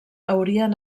haurien